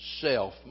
self